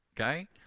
okay